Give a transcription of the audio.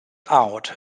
out